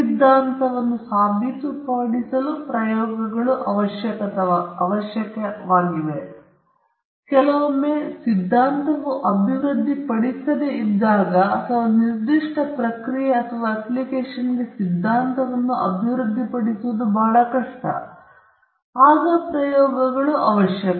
ಸಿದ್ಧಾಂತವನ್ನು ಸಾಬೀತುಮಾಡಲು ಪ್ರಯೋಗಗಳು ಅವಶ್ಯಕವಾಗಿವೆ ಮತ್ತು ಕೆಲವೊಮ್ಮೆ ಸಿದ್ಧಾಂತವು ಅಭಿವೃದ್ಧಿಪಡಿಸದಿದ್ದಾಗ ಅಥವಾ ನಿರ್ದಿಷ್ಟ ಪ್ರಕ್ರಿಯೆ ಅಥವಾ ಅಪ್ಲಿಕೇಶನ್ಗೆ ಸಿದ್ಧಾಂತವನ್ನು ಅಭಿವೃದ್ಧಿಪಡಿಸುವುದು ಬಹಳ ಕಷ್ಟ ಆಗ ಪ್ರಯೋಗಗಳು ಅವಶ್ಯಕ